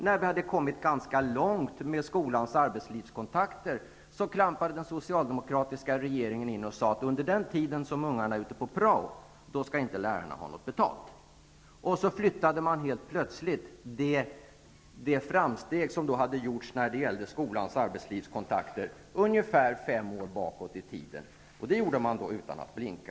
När man hade kommit ganska långt med skolans arbetslivskontakter, klampade den socialdemokratiska regeringen in och menade att lärarna inte skall ha betalt under den tid då eleverna är ute på prao. Så flyttades plötsligt det framsteg som hade gjorts när det gäller skolans arbetslivskontakter ungefär fem år tillbaka i tiden. Detta gjorde man utan att blinka.